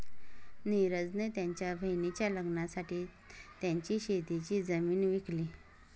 निरज ने त्याच्या बहिणीच्या लग्नासाठी त्याची शेतीची जमीन विकली